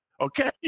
Okay